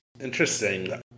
Interesting